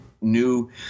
new